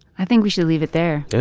i think we should leave it there yeah